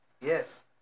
Yes